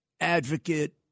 advocate